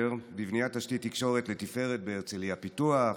בבניית תשתית תקשורת לתפארת בהרצליה פיתוח,